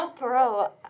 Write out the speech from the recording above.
Bro